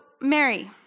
Mary